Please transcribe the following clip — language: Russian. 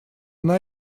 она